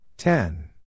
Ten